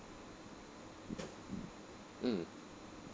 mm